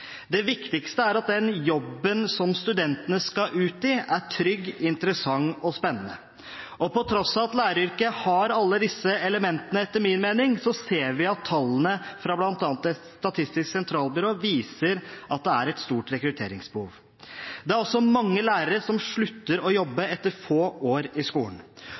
Det viktigste er at den jobben som studentene skal ut i, er trygg, interessant og spennende. På tross av at læreryrket har alle disse elementene, etter min mening, ser vi at tallene fra bl.a. Statistisk sentralbyrå viser at det er et stort rekrutteringsbehov. Det er også mange lærere som slutter å jobbe etter få år i skolen.